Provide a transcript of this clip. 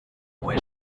where